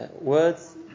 words